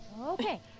okay